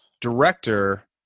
Director